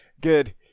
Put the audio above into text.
good